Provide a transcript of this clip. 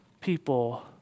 people